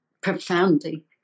profoundly